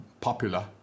popular